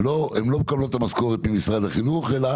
הן לא מקבלות את המשכורת ממשרד החינוך אלא